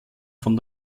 von